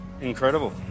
Incredible